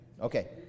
Okay